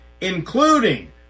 including